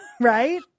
right